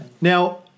Now